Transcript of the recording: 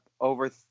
over